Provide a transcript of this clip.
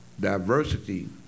Diversity